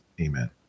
Amen